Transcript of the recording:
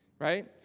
right